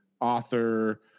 author